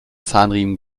zahnriemen